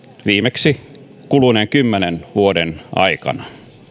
viimeksi kuluneiden kymmenen vuoden aikana